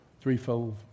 threefold